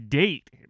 date